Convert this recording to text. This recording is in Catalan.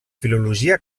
filologia